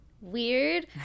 Weird